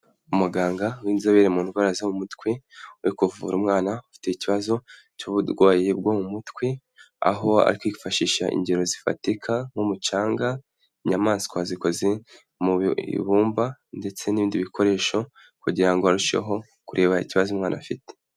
Umuganga w'inzobere mu ndwara zo mu mutwe, uri kuvura umwana ufite ikibazo cy'uburwayi bwo mu mutwe. aho ari kwifashisha ingero zifatika nk'umucanga, inyamaswa zikoze mu ibumba ndetse n'ibindi bikoresho, kugira ngo arusheho kureba ikibazo umwana afite.